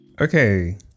okay